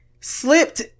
slipped